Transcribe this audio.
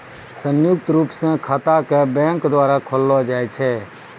संयुक्त रूप स खाता क बैंक द्वारा खोललो जाय छै